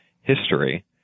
history